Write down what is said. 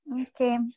Okay